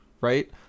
Right